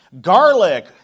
garlic